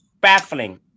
baffling